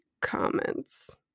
comments